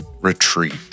retreat